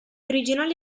originali